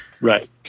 Right